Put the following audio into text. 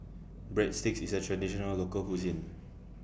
Breadsticks IS A Traditional Local Cuisine